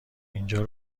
اینجا